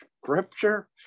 scripture